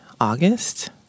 August